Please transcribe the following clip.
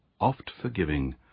oft-forgiving